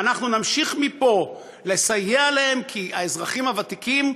ואנחנו נמשיך מפה לסייע להם, כי האזרחים הוותיקים,